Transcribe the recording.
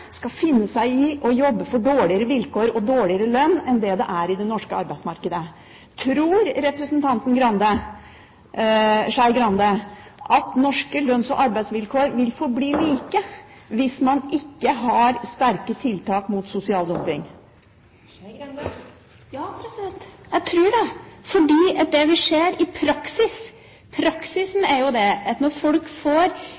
skal finne seg i å jobbe under dårligere vilkår og for dårligere lønn enn det det er i det norske arbeidsmarkedet. Tror representanten Skei Grande at norske lønns- og arbeidsvilkår vil forbli like hvis man ikke har sterke tiltak mot sosial dumping? Ja, jeg tror det, fordi det er det vi ser i praksis.